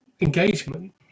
engagement